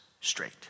straight